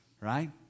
right